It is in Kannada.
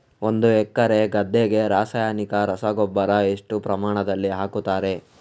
ಒಂದು ಎಕರೆ ಗದ್ದೆಗೆ ರಾಸಾಯನಿಕ ರಸಗೊಬ್ಬರ ಎಷ್ಟು ಪ್ರಮಾಣದಲ್ಲಿ ಹಾಕುತ್ತಾರೆ?